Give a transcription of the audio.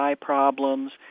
problems